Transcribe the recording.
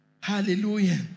Hallelujah